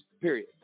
period